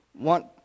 want